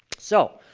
so,